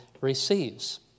receives